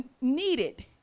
needed